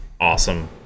awesome